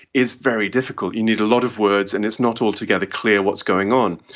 is very difficult, you need a lot of words and it's not altogether clear what's going on.